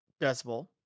decibel